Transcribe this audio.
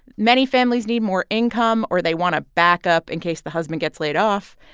many families need more income, or they want a backup in case the husband gets laid off.